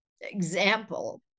example